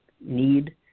need